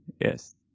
Yes